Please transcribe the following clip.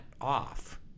off